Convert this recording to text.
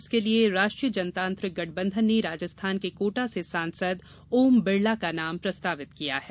इसके लिये राष्ट्रीय जनतांत्रिक गठबंधन ने राजस्थान के कोटा से सांसद ओम बिड़ला का नाम प्रस्तावित किया है